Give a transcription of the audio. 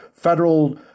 federal